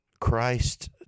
Christ